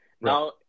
now